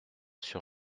sur